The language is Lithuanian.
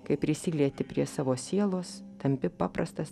kai prisilieti prie savo sielos tampi paprastas